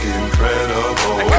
incredible